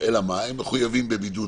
מסוים מחויב בבידוד